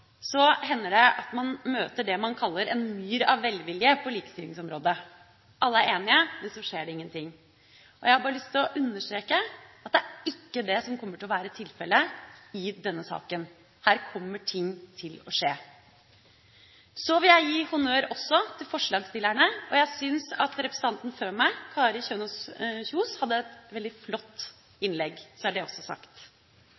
Så viser det seg ofte at når alle er enige om en sak, hender det at man møter det man kaller en myr av velvilje på likestillingsområdet. Alle er enige, men så skjer det ingenting. Jeg har bare lyst til å understreke at det er ikke det som kommer til å være tilfellet i denne saken. Her kommer ting til å skje. Så vil jeg gi honnør også til forslagsstillerne. Jeg syns at representanten før meg, Kari Kjønaas Kjos, hadde et veldig